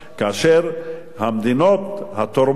כאשר המדינות התורמות,